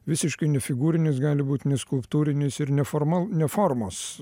visiškai nefigūrinis gali būt neskulptūrinis ir neformal ne formos